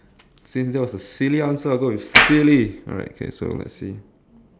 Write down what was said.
since that was a silly answer I'll go with silly alright okay so let's see